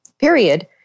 period